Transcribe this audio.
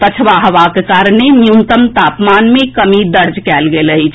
पछवा हवाक कारणे न्यूनतम तापमान मे कमी दर्ज कएल गेल अछि